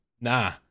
Nah